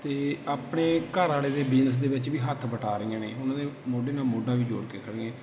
ਅਤੇ ਆਪਣੇ ਘਰ ਵਾਲੇ ਦੇ ਬਿਜਨਸ ਦੇ ਵਿੱਚ ਵੀ ਹੱਥ ਵਟਾ ਰਹੀਆਂ ਨੇ ਉਨ੍ਹਾਂ ਦੇ ਮੋਢੇ ਨਾਲ ਮੋਢਾ ਵੀ ਜੋੜ ਕੇ ਖੜ੍ਹੀਆਂ